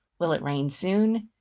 will it rain soon?